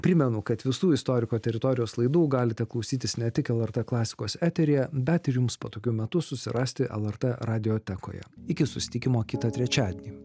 primenu kad visų istoriko teritorijos laidų galite klausytis ne tik lrt klasikos eteryje bet ir jums patogiu metu susirasti lrt radiotekoje iki susitikimo kitą trečiadienį